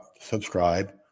subscribe